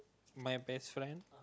my best friend